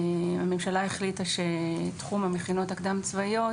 הממשלה החליטה שתחום המכינות הקדם צבאיות